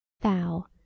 Thou